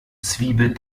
zwiebeln